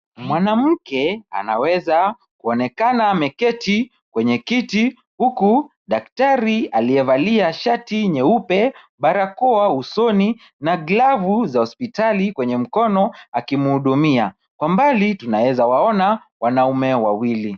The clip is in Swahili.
Mwanamke aweza kuonekana ameketi kwenye kiti, huku daktari aliyevalia shati nyeupe, barakoa usoni na glavu za hospitali kwenye mkono akimhudumia, kwa mbali tunaweza waona wanaume wawili.